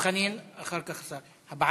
חבר הכנסת דב חנין, אחר כך השר.